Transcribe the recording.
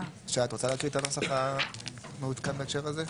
שי, את רוצה להקריא את הנוסח המעודכן בהקשר הזה?